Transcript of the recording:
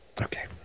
Okay